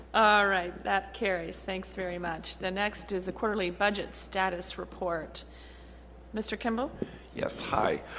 all right that carries thanks very much the next is a quarterly budget status report mr. kimble yes hi